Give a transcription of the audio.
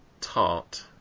tart